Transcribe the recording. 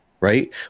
Right